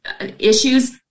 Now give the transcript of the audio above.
issues